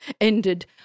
ended